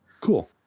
Cool